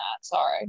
Sorry